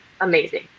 amazing